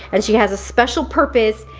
and she has a special purpose,